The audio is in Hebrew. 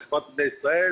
לחברת נמלי ישראל,